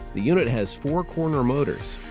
the unit has four corner motors.